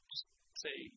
say